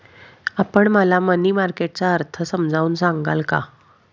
आपण मला money market चा अर्थ समजावून सांगाल का?